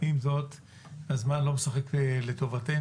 עם זאת, הזמן לא משחק לטובתנו.